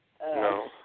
No